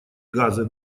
газы